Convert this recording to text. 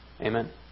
Amen